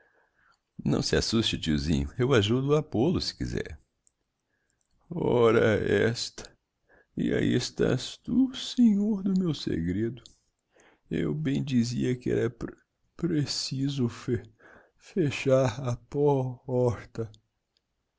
não se assuste tiozinho eu ajudo o a pôl-o se quiser ora esta e ahi estás tu senhor do meu segredo eu bem dizia que era pr preciso fe fe char a po rta